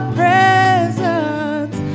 presence